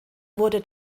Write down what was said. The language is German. wurde